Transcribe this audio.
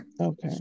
Okay